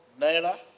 naira